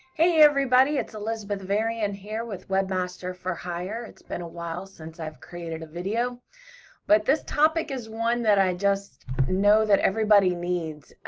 hey, everybody, it's elizabeth varian here with webmaster for hire. it's been a while since i've created a video, but this topic is one that i just know that everybody needs.